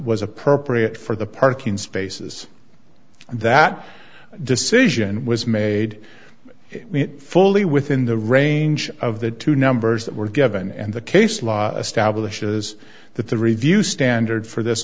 was appropriate for the parking spaces and that decision was made fully within the range of the two numbers that were given and the case law establishes that the review standard for this